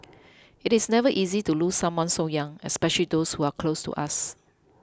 it is never easy to lose someone so young especially those who are close to us